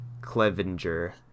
Clevenger